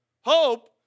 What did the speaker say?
Hope